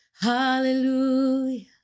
Hallelujah